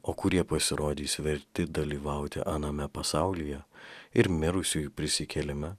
o kurie pasirodys verti dalyvauti aname pasaulyje ir mirusiųjų prisikėlime